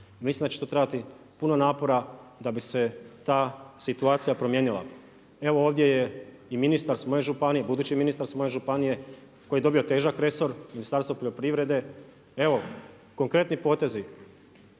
Mislim da će tu trebati puno napora da bi se ta situacija promijenila. Evo ovdje je i ministar s moje županije, budući ministar s moje županije koji je dobio težak resor Ministarstvo poljoprivrede. Evo konkretni potezi.